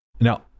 Now